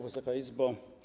Wysoka Izbo!